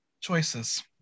choices